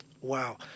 Wow